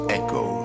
echo